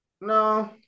No